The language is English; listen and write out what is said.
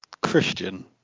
Christian